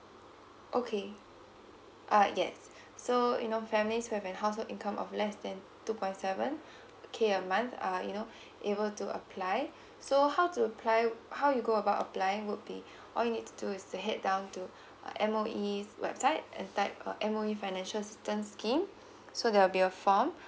okay uh yes so you know families who have household income of less than two point seven K a month are you know able to apply so how to apply how you go about applying would be all you need to do is to head down to M_O_E website and type M_O_E financial assistance scheme so there'll be a form